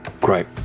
Great